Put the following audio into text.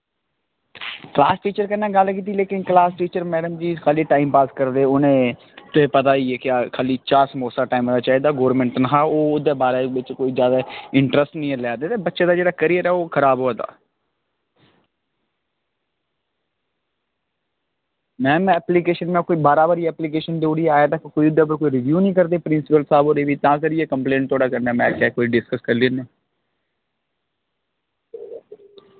class teacher कन्नै गल्ल कीती लेकिन कलास टीचर मैड़म जी खाल्ली टाईम पास करदे उ'नें तुसें पता गै ऐ खाल्ली चाह् समोसा टैमां दा चाहिदा गौरमैंट तनखा ओह्दै बारै च इंट्रस्ट निं हैन लै दे ते बच्चें दा जेह्ड़ा करियर ओह् खराब होआ दा मैम में ऐपलिकेशन कोई बारां बारी ऐपलिकेशन देई ओड़ी अज्जें तक्कर कोई रब्यू निं करदे प्रिंसिपल साह्ब होर तां करियै कम्पलैन थुआढ़े कन्नै में आखेआ डिसकस करी लैन्ने